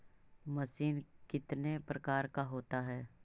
Machine कितने प्रकार का होता है?